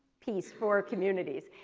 piece for communities.